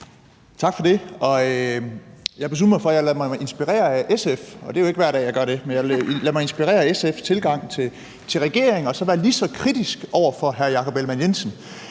Tak for det. Jeg har besluttet mig for at lade mig inspirere af SF, og det er jo ikke hver dag, jeg gør det, men jeg vil lade mig inspirere af SF's tilgang til regeringen og så være lige så kritisk over for hr. Jakob Ellemann-Jensen.